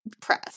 press